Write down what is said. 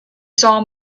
saw